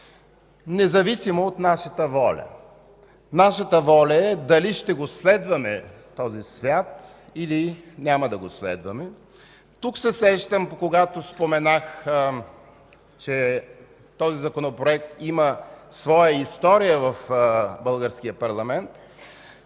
независимо от нашата воля. Нашата воля е дали ще следваме този свят, или няма да го следваме. Когато споменах, че този Законопроект има своя история в българския парламент,